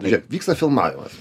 žiūrėk vyksta filmavimas